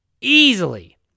easily